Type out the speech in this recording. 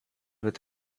with